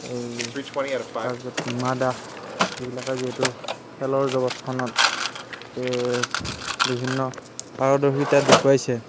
এই তাৰ পিছত হিমা দাস এইবিলাকে যিহেতু খেলৰ জগতখনত বিভিন্ন পাৰদৰ্শিতা দেখুৱাইছে